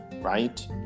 right